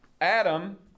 Adam